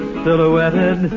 silhouetted